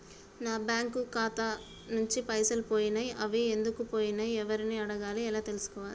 నా బ్యాంకు ఖాతా నుంచి పైసలు పోయినయ్ అవి ఎందుకు పోయినయ్ ఎవరిని అడగాలి ఎలా తెలుసుకోవాలి?